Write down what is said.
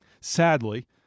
Sadly